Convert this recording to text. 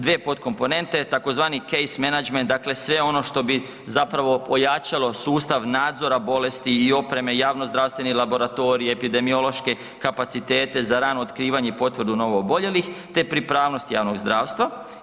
Dvije komponente, tzv. Case management dakle sve ono što bi zapravo pojačalo sustav nadzora bolesti i opreme, javnozdravstvene laboratorije, epidemiološke kapacitete za rano otkrivanje i potvrdu novooboljelih te pripravnost javnog zdravstva.